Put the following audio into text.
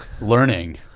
learning